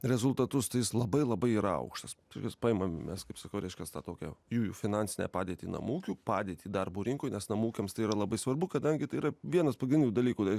rezultatus jis labai labai yra aukštas vis paimam mes kaip sakau reiškias tą tokią jų jų finansinę padėtį namų ūkių padėtį darbo rinkoj nes namų ūkiams tai yra labai svarbu kadangi tai yra vienas pagrindinių dalykų jei